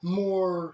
more